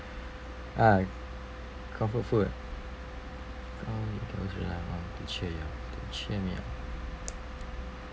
ah comfort food comfort you can always rely on to cheer you up to cheer me up